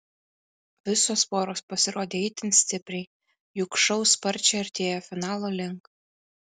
visos poros pasirodė itin stipriai juk šou sparčiai artėja finalo link